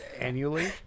annually